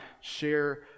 share